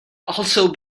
also